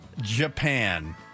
Japan